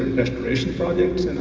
restoration projects,